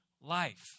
life